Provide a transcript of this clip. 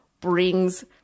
brings